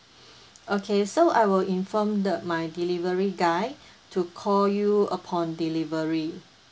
okay so I will inform the my delivery guy to call you upon delivery